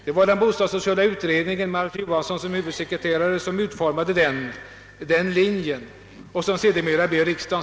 Det var bostadssociala utredningen, vars huvudsekreterare var Alf Johansson, som utformade den linje, vilken riksdagen sedermera kom att följa.